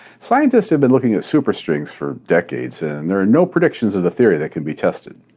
scientists have been looking at superstrings for decades and there are no predictions of the theory that can be tested.